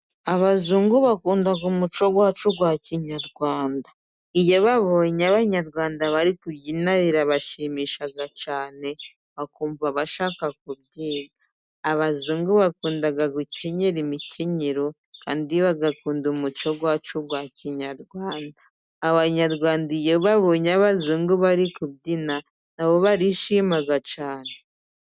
Abazungu bakunda umuco, wacu wa kinyarwanda, iyo babonye abanyarwanda bari kubyina birabashimisha cyane, bakumva bashaka kubyiga, abazungu bakunda gukenyera imikenyero kandi bagakunda umuco wacu wa kinyarwanda, abanyarwanda iyo babonye abazungu bari kubyina, nabo barishima cyane.